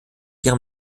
ihrem